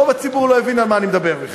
רוב הציבור לא הבין על מה אני מדבר בכלל.